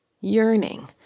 yearning